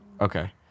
Okay